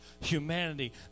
humanity